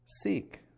Seek